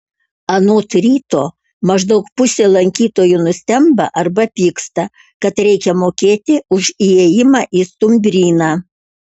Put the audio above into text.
anot ryto maždaug pusė lankytojų nustemba arba pyksta kad reikia mokėti už įėjimą į stumbryną